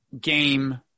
game